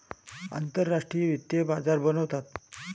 आंतरराष्ट्रीय वित्तीय बाजार बनवतात